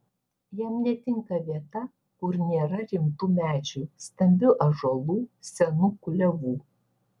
jam netinka vieta kur nėra rimtų medžių stambių ąžuolų senų klevų